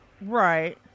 Right